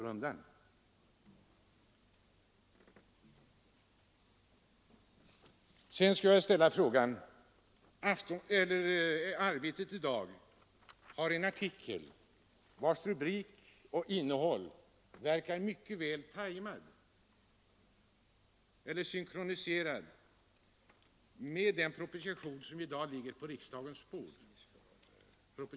Tidningen Arbetet har i dag en artikel med rubrik och innehåll som verkar vara mycket bra timad eller synkroniserad med propositionen 75, som i dag ligger på riksdagens bord.